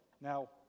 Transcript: Now